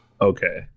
Okay